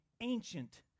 ancient